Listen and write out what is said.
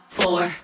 four